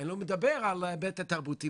אני לא מדבר על ההיבט התרבותי.